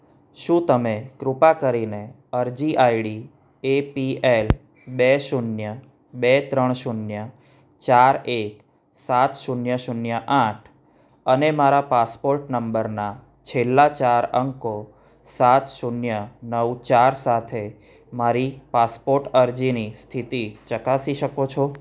શું તમે કૃપા કરીને અરજી આઈડી એપીએલ બે શૂન્ય બે ત્રણ શૂન્ય ચાર એક સાત શૂન્ય શૂન્ય આઠ અને મારા પાસપોર્ટ નંબરના છેલ્લા ચાર અંકો સાત શૂન્ય નવ ચાર સાથે મારી પાસપોર્ટ અરજીની સ્થિતિ ચકાસી શકો છો